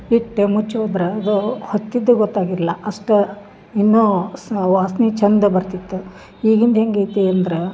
it ಮುಚ್ ಹೋದ್ರೆ ಅದೂ ಹೊತ್ತಿದ್ದು ಗೊತ್ತಾಗಿರಲ್ಲ ಅಷ್ಟು ಇನ್ನೂ ಸ್ ಆ ವಾಸ್ನೆ ಚಂದ ಬರ್ತಿತ್ತು ಈಗಿಂದ ಹೆಂಗೆ ಐತಿ ಅಂದ್ರೆ